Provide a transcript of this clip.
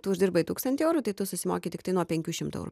tu uždirbai tūkstantį eurų tai tu susimoki tiktai nuo penkių šimtų eurų